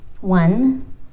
One